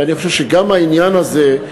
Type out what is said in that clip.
ואני חושב שגם העניין הזה,